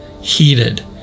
heated